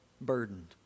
burdened